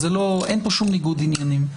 אין פה שום ניגוד עניינים,